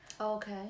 okay